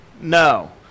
No